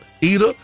eater